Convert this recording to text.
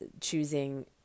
choosing